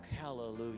Hallelujah